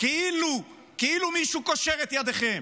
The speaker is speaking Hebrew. כאילו מישהו קושר את ידיכם.